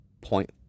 point